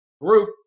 group